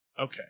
Okay